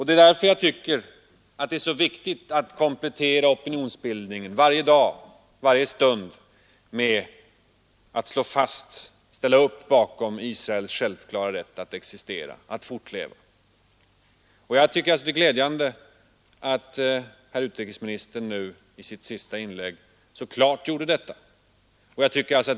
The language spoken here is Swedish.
Det är därför jag tycker att det är så viktigt att komplettera opinionsbildningen — varje dag, varje stund — med att slå fast och ställa upp bakom Israels självklara rätt att existera, att fortleva. Det är glädjande att herr utrikesministern nu i sitt senaste inlägg så klart gjorde det.